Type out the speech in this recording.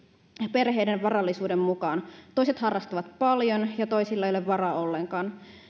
perheiden varallisuuden mukaan toiset harrastavat paljon ja toisilla ei ole siihen varaa ollenkaan